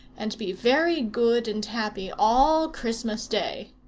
and be very good and happy all christmas-day.